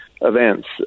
events